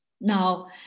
Now